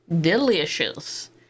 delicious